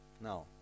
now